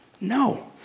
no